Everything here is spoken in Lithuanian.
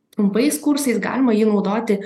trumpais kursais galima jį naudoti